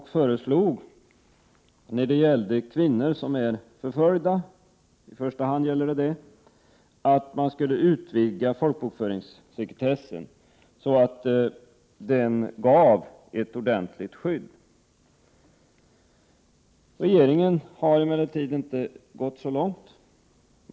Den föreslog när det gäller kvinnor som är förföljda — det är ju kvinnor som det i första hand gäller — att man skulle utvidga folkbokföringssekretessen så, att den gav ett ordentligt skydd. Regeringen har emellertid inte gått så långt.